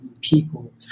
people